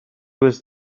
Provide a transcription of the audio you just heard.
was